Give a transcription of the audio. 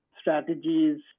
strategies